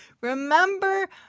Remember